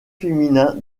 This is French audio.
féminin